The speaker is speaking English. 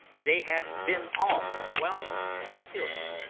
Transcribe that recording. they had been all overwhelmed and killed.